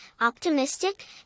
optimistic